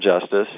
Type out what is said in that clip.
justice